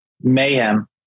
Mayhem